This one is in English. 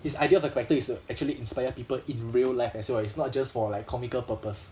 his idea of a character is to uh actually inspire people in real life as well it's not just for like comical purpose